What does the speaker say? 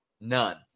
none